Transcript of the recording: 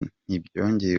ntibyongeye